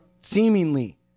seemingly